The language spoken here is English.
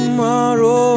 Tomorrow